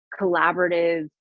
collaborative